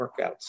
workouts